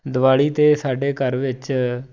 ਦਿਵਾਲੀ ਤਾਂ ਸਾਡੇ ਘਰ ਵਿੱਚ